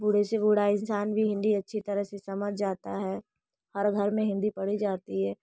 बूढ़े से बूढ़ा इंसान भी हिन्दी अच्छी तरह से समझ जाता है हर घर में हिन्दी पढ़ी जाती है